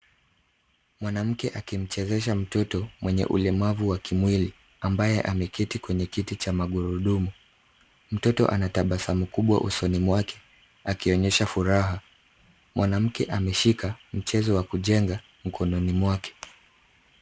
Mwanamke akimchezesha mtoto mwenye ulemavu wa kimwili ambaye ameketi kwenye kiti cha magurudumu. Mtoto anatabasamu kubwa usoni mwake akionyesha furaha. Mwanamke ameshika mchezo wa kujenga mkononi mwake.